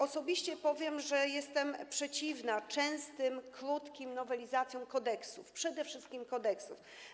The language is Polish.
Osobiście powiem, że jestem przeciwna częstym, krótkim nowelizacjom kodeksów, przede wszystkim kodeksów.